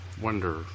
Wonder